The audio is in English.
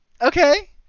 okay